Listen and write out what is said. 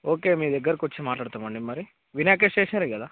okay మీ దగ్గరకి వచ్చి మాట్లాడతాము అండి మరి వినాయక స్టేషనరే కదా